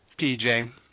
PJ